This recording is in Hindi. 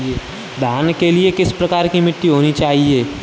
धान के लिए किस प्रकार की मिट्टी होनी चाहिए?